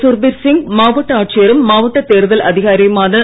சுர்பிர் சிங் மாவட்ட ஆட்சியரும் மாவட்டத் தேர்தல் அதிகாரியுமான திருமதி